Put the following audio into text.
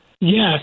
Yes